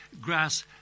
grass